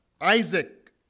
Isaac